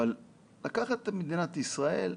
אבל לקחת את מדינת ישראל,